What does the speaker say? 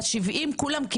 אושרו 70% מתוכן.